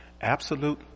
Absolute